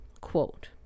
quote